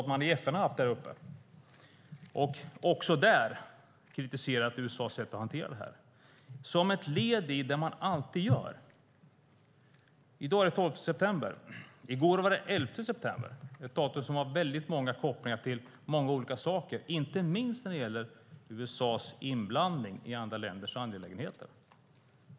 Det har även varit uppe i FN som också kritiserat USA:s sätt att hantera detta - som ett led i det man alltid gör. I dag är det den 12 september. I går var det den 11 september. Det är ett datum som har kopplingar till många olika saker, inte minst när det gäller USA:s inblandning i andra länders angelägenheter.